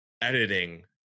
editing